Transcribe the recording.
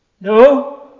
No